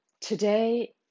today